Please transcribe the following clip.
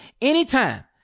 anytime